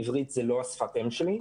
עברית היא לא שפת האם שלי.